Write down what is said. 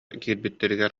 киирбитигэр